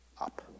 up